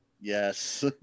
yes